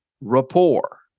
rapport